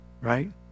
Right